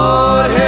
Lord